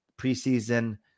preseason